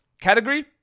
Category